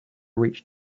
reach